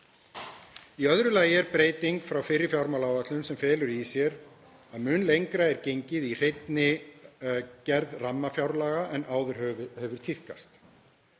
Í öðru lagi er breyting frá fyrri fjármálaáætlun sem felur í sér að mun lengra er gengið í hreinni gerð rammafjárlaga en áður hefur tíðkast.